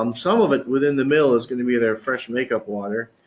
um some of it within the middle is going to be their fresh make up water,